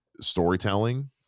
storytelling